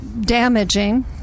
damaging